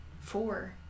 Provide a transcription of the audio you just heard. four